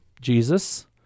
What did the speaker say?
Jesus